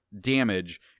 damage